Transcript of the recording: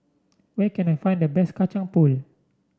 where can I find the best Kacang Pool